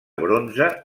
bronze